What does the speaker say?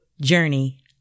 journey